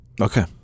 Okay